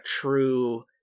true